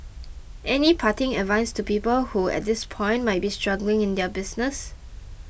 any parting advice to people who at this point might be struggling in their business